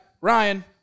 Ryan